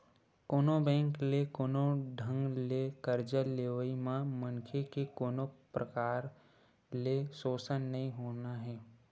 कोनो बेंक ले कोनो ढंग ले करजा लेवई म मनखे के कोनो परकार ले सोसन नइ होना हे